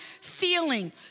feeling